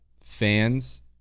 fans